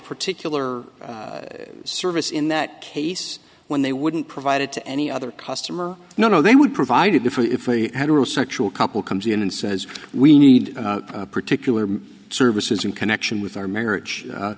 particular service in that case when they wouldn't provide it to any other customer no no they would provide a different if they had a real sexual couple comes in and says we need a particular services in connection with our marriage